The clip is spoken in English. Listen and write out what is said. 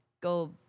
go